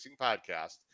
podcast